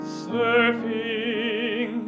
surfing